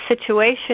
situation